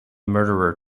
murderer